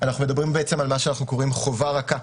אנחנו מדברים על מה שאנחנו קוראים לו "חובה רכה",